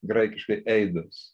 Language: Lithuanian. graikiškai eidas